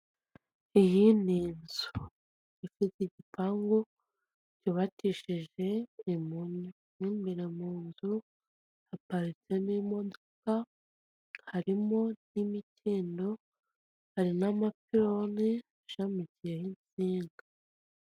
Iyi ni inzu ifite igipangu cyubakishije imunyu mo imbere mu nzu haparatsemo imodoka harimo n'imikindo hari n'amapiloni ashamikiyeho insinga.